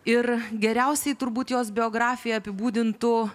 ir geriausiai turbūt jos biografiją apibūdintų